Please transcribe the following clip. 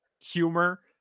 humor